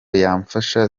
yamfasha